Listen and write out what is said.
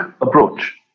approach